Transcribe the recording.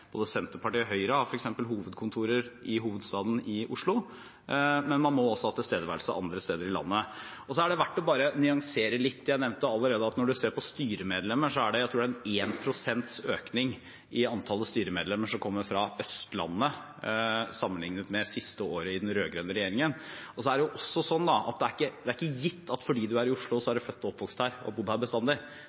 både Senterpartiet og Høyre har f.eks. hovedkontor i hovedstaden Oslo. Men man må altså ha tilstedeværelse andre steder i landet. Så er det verdt bare å nyansere litt. Jeg nevnte at når en ser på styremedlemmer, er det – tror jeg – 1 pst. økning i antall styremedlemmer som kommer fra Østlandet, sammenlignet med det siste året i den rød-grønne regjeringen. Det er heller ikke gitt at fordi man er i Oslo, er man født og oppvokst her og har bodd her bestandig. La meg bare ta et tilfeldig valgt eksempel: Eivind Reiten, som bør være kjent for Senterpartiet, er fra Møre og